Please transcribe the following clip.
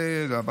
אבל